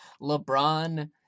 LeBron